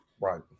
Right